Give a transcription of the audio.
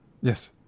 Yes